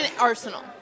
arsenal